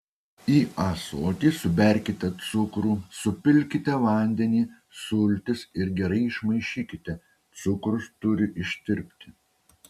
į ąsotį suberkite cukrų supilkite vandenį sultis ir gerai išmaišykite cukrus turi ištirpti